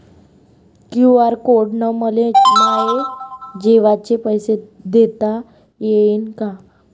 QR code न मले माये जेवाचे पैसे देता येईन का?